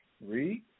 Read